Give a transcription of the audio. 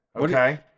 Okay